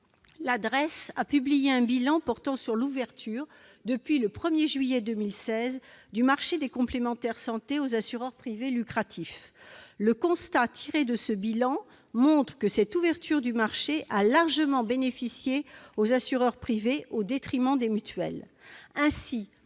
la DREES, a publié son bilan sur l'ouverture depuis le 1 janvier 2016 du marché des complémentaires de santé aux assureurs privés lucratifs : ce document montre que cette ouverture du marché a largement bénéficié aux assureurs privés au détriment des mutuelles. Ainsi,